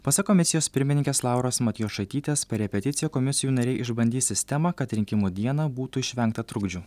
pasak komisijos pirmininkės lauros matjošaitytės per repeticiją komisijų nariai išbandys sistemą kad rinkimų dieną būtų išvengta trukdžių